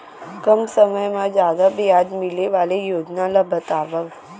कम समय मा जादा ब्याज मिले वाले योजना ला बतावव